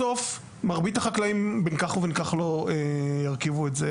בסוף מרביתה חקלאים בין כך ובין כך לא ירכיבו את זה.